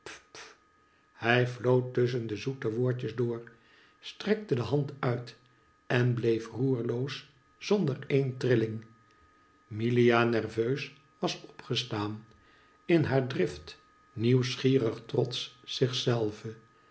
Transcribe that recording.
hij floot tusschen de zoete woordjes door strekte de hand uit en bleef roerloos zonder een trilling milia nerveus was opgestaan in haar drift nieuwsgierig trots zichzelve